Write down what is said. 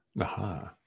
Aha